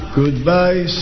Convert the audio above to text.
goodbye